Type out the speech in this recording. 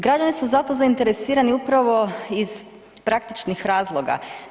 Građani su za to zainteresirani upravo iz praktičnih razloga.